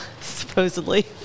Supposedly